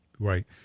Right